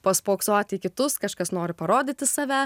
paspoksoti į kitus kažkas nori parodyti save